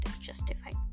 Justified